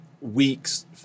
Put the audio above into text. weeks